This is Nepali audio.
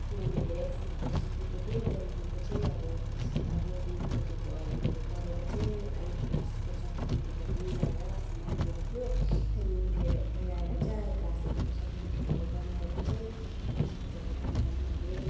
यहाँनिर धेरै कामहरू सिकेको थिएँ त्यहाँदेखिको चाहिँ अब अलिअलिको त्यो प योहरू गरेर चाहिँ एट पासको सर्टिफिकेटहरू मिलाएर आफ्नो मान्छेहरू थियो त्यहाँदेखि मिलेर मिलाएर चाहिँ क्लास एटको सर्टिफिकेटहरू बनाएर चाहिँ पासपोर्टहरू बनाएँ मैले